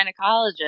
gynecologist